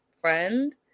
friend